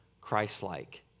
Christ-like